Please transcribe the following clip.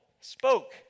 spoke